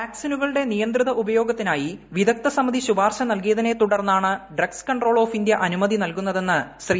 വാക്സിനുകളുടെ നിയന്ത്രിത ഉപയ്യോഗ്ത്തിനായി വിദഗ്ദ്ധ സമിതി ശുപാർശ നൽകിയതിക്കു തുടർന്നാണ് ഡ്രഗ്സ് കൺട്രോൾ ഓഫ് ഇന്ത്യ ആനു്മത്രി നൽകുന്നതെന്ന് ശ്രീ